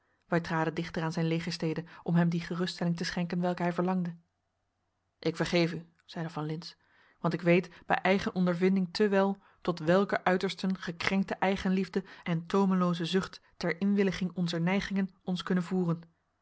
wij traden dichter aan zijn legerstede om hem die geruststelling te schenken welke hij verlangde ik vergeef u zeide van lintz want ik weet bij eigen ondervinding te wel tot welke uitersten gekrenkte eigenliefde en toomelooze zucht ter inwilliging onzer neigingen ons kunnen voeren